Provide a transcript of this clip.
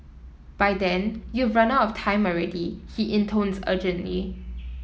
by then you've run out of time already he intones urgently